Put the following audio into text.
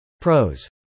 Pros